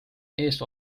eest